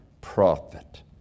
prophet